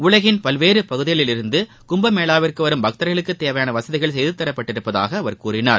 உலகின் பல்வேறு பகுதிகளில் இருந்து கும்பமேளாவிற்கு வரும் பக்தர்களுக்கு தேவையான வசதிகள் செய்துதரப்பட்டுள்ளதாக அவர் கூறினார்